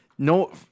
No